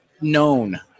known